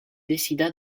décida